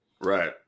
Right